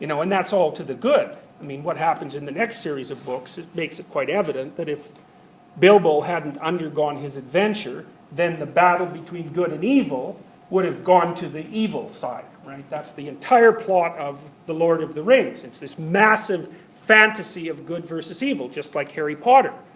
you know and that's all to the good. i mean, what happens in the next series of books makes it quite evident that if bilbo hadn't undergone his adventure, then the battle between good and evil would have gone to the evil side. that's the entire plot of the lord of the rings. it's this massive fantasy of good versus evil. just like harry potter.